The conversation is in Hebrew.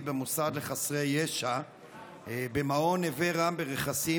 במוסד לחסרי ישע במעון נווה רם ברכסים,